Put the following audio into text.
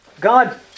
God